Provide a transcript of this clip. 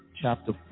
chapter